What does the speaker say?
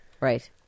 Right